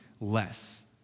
less